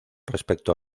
respecto